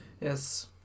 Yes